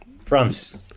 France